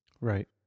Right